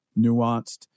nuanced